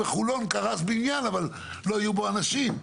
בחולון קרס בניין אבל לא היו בו אנשים.